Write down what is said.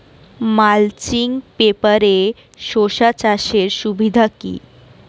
Mulching পেপারে শসা চাষের সুবিধা কি?